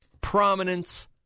prominence